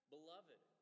Beloved